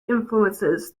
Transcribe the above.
influences